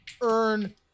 earn